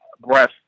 breath